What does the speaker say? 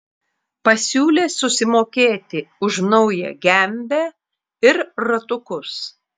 pasiūlė susimokėti už naują gembę ir ratukus